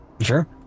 Sure